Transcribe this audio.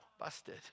busted